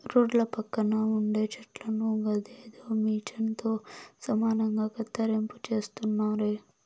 రోడ్ల పక్కన ఉండే చెట్లను గదేదో మిచన్ తో సమానంగా కత్తిరింపు చేస్తున్నారే